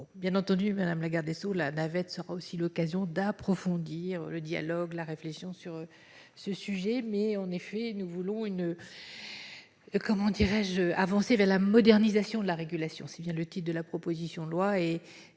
bien entendu madame la garde des Sceaux, la navette sera aussi l'occasion d'approfondir le dialogue, la réflexion sur ce sujet, mais en effet, nous voulons une comment dirais-je avancer vers la modernisation de la régulation, c'est bien le type de la proposition de loi et